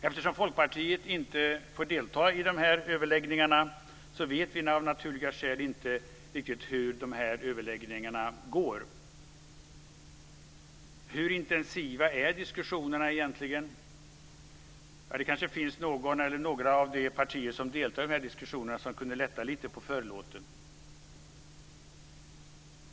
Eftersom Folkpartiet inte får delta i dessa överläggningar vet vi av naturliga skäl inte hur överläggningarna går. Hur intensiva är egentligen diskussionerna? Det kanske finns någon eller några företrädare för de partier som deltar i diskussionerna som kan lätta lite på förlåten.